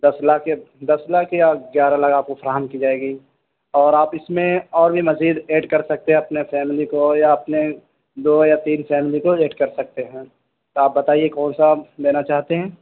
دس لاکھ دس لاکھ یا گیارہ لاکھ آپ کو فراہم کی جائے گی اور آپ اس میں اور بھی مزید ایڈ کر سکتے ہیں اپنے فیملی کو یا اپنے دو یا تین فیملی کو ایڈ کر سکتے ہیں تو آپ بتائیے کون سا لینا چاہتے ہیں